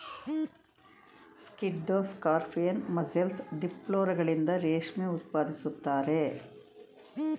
ಸ್ಕಿಡ್ಡೋ scorpion, mussel, ಡಿಪ್ಲುರಗಳಿಂದ ರೇಷ್ಮೆ ಉತ್ಪಾದಿಸುತ್ತಾರೆ